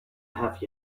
have